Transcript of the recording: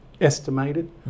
estimated